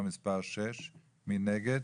מי נגד